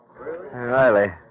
Riley